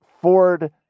Ford